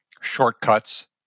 shortcuts